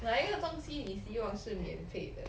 哪一个东西你希望是免费的